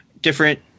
different